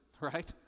right